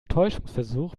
täuschungsversuch